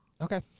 Okay